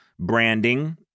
Branding